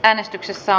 äänestyksessä